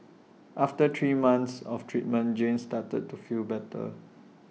after three months of treatment Jane started to feel better